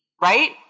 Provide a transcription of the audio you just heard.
right